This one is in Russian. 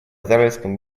израильском